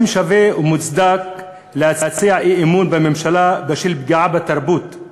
אם שווה או מוצדק להציע אי-אמון בממשלה בשל פגיעה בתרבות.